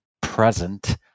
present